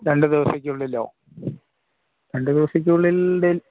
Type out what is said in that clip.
രണ്ടു ദിവസത്തിന് ഉള്ളിലോ രണ്ടു ദിവസത്തിന് ഉള്ളിൽ